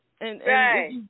Right